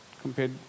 compared